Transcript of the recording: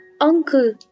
Uncle